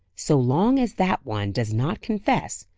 so long as that one does not confess,